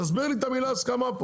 תסביר לי את המילה הסכמה.